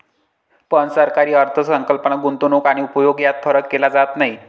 पण सरकारी अर्थ संकल्पात गुंतवणूक आणि उपभोग यात फरक केला जात नाही